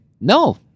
No